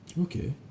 Okay